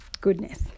goodness